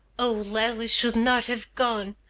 oh, leslie should not have gone!